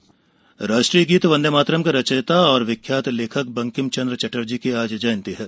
बंकिमचंद्र चटर्जी राष्ट्रीय गीत वंदे मातरम् के रचयिता और विख्यात लेखक बंकिम चंद्र चटर्जी की आज जयंती है